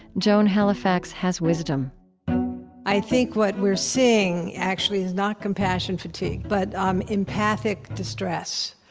joan halifax has wisdom i think what we're seeing actually is not compassion fatigue, but um empathic distress,